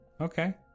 Okay